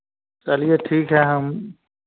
चलिए ठीक है हम